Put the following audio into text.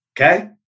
okay